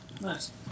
nice